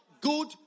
good